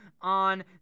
on